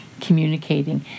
communicating